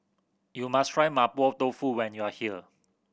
you must try Mapo Tofu when you are here